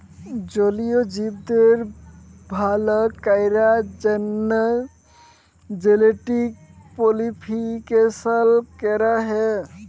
জলীয় জীবদের ভাল ক্যরার জ্যনহে জেলেটিক মডিফিকেশাল ক্যরা হয়